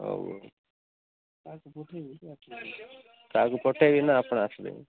ହଉ ହଉ କାହାକୁ ପଠାଇବି ନା ଆପଣ ଆସିବେ